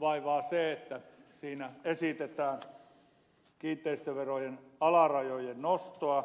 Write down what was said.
vaivaa se että siinä esitetään kiinteistöverojen alarajojen nostoa